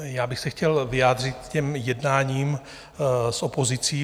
Já bych se chtěl vyjádřit k těm jednáním s opozicí.